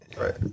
Right